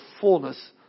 fullness